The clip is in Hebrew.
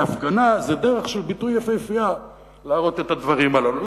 והפגנה זה דרך ביטוי יפהפייה להראות את הדברים הללו.